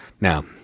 now